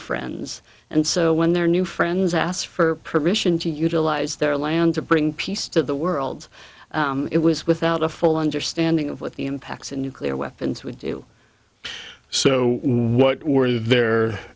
friends and so when their new friends asked for permission to utilise their land to bring peace to the world it was without a full understanding of what the impacts of nuclear weapons would do so what were their